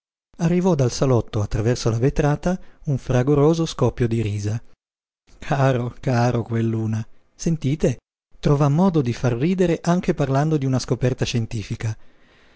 arrivò dal salotto attraverso la vetrata un fragoroso scoppio di risa caro caro quel luna sentite trova modo di far ridere anche parlando di una scoperta scientifica